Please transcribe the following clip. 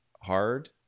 hard